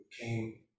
came